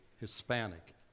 Hispanic